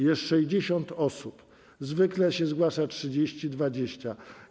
Jest 60 osób, zwykle się zgłasza 30, 20.